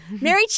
mary